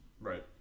right